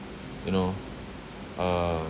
you know uh